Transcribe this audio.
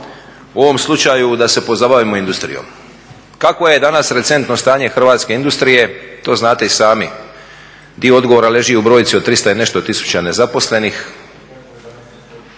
u ovom slučaju da se pozabavimo industrijom. Kakvo je danas recentno stanje hrvatske industrije, to znate i sami. Dio odgovora leži i u brojci od tristo i nešto tisuća nezaposlenih.